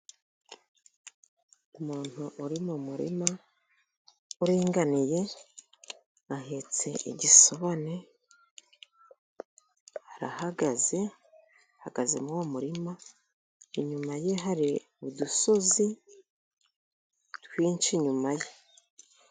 Umuntu uri mu murima uringaniye, ahetse igisobane arahagaze ahagaze muri uwo murima, inyuma ye hari udusozi twinshi inyuma ye.